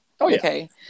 okay